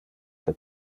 que